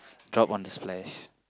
drop on the splash